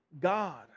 God